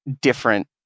different